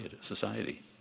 society